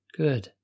good